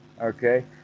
Okay